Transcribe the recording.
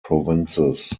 provinces